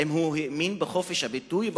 האם הוא האמין בחופש הביטוי?